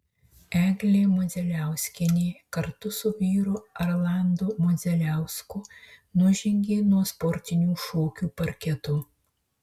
eglė modzeliauskienė kartu su vyru arlandu modzeliausku nužengė nuo sportinių šokių parketo